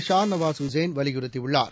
ஷா நவாஸ் உசேன் வலியுறுத்தியுள்ளார்